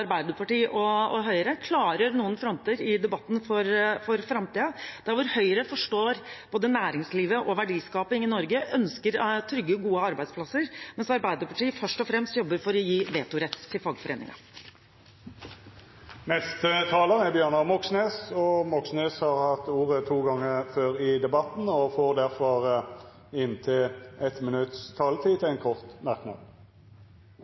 og hele er en god debatt, mellom både Arbeiderpartiet og Høyre, som klargjør noen fronter i debatten for framtiden – der hvor Høyre forstår både næringslivet og verdiskaping i Norge og ønsker trygge og gode arbeidsplasser, mens Arbeiderpartiet først og fremst jobber for å gi vetorett til fagforeningene. Representanten Bjørnar Moxnes har hatt ordet to gonger tidlegare og får ordet til ein kort merknad, avgrensa til